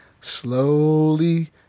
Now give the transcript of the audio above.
slowly